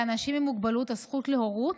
לאנשים עם מוגבלות הזכות להורות,